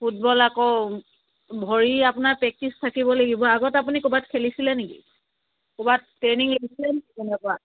football আকৌ ভৰিৰ আপোনাৰ প্ৰেক্টিচ থাকিব লাগিব আগত আপুনি ক'ৰবাত খেলিছিলে নেকি ক'ৰবাত ট্ৰেইনিং লৈছিলে তেনেকুৱা